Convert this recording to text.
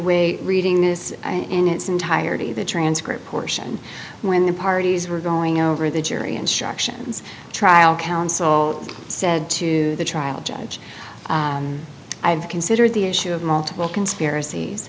way reading this in its entirety the transcript portion when the parties were going over the jury instructions trial counsel said to the trial judge i have considered the issue of multiple conspiracies